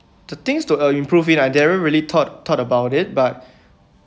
the things to uh improve it I never really thought thought about it but